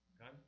Okay